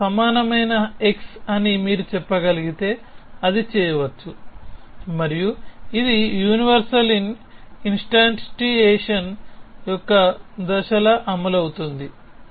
మీకు సమానమైన x అని మీరు చెప్పగలిగితే అది చేయవచ్చు మరియు ఇది యూనివర్సల్ ఇన్స్టాంటియేషన్ యొక్క దశలా అవుతుంది